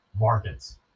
markets